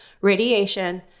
radiation